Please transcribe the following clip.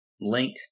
link